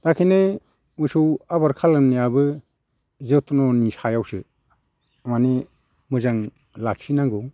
दा बेखायनो मोसौ आबोर खालामनायाबो जथ्न'नि सायावसो माने मोजां लाखिनांगौ